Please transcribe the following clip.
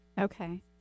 okay